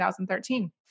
2013